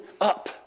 up